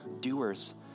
doers